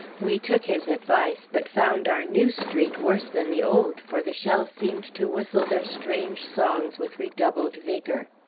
we took his advice, but found our new street worse than the old, for the shells seemed to whistle their strange songs with redoubled vigor.